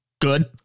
Good